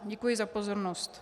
Děkuji za pozornost.